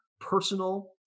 personal